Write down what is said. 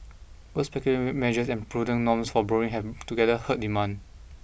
both speculative measures and prudent norms for borrowing have together hurt demand